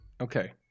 Okay